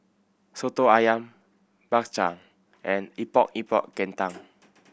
Soto Ayam Bak Chang and Epok Epok Kentang